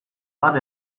bat